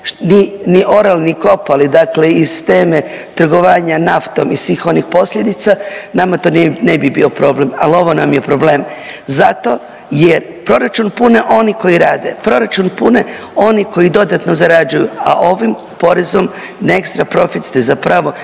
ni orali ni kopali dakle iz teme trgovanja naftom i svih onih posljedica, nama to ne bi bio problem. Ali ovo nam je problem zato jer proračun pune oni koji rade, proračun pune oni koji dodatno zarađuju, a ovim porezom na ekstra profit ste zapravo